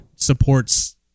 supports